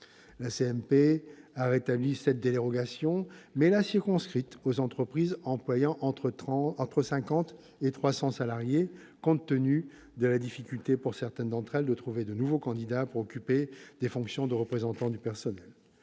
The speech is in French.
a rétabli cette dérogation, mais l'a circonscrite aux entreprises employant entre 50 et 300 salariés, compte tenu de la difficulté pour certaines d'entre elles de trouver de nouveaux candidats pour occuper des fonctions de représentant du personnel.